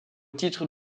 titre